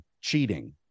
cheating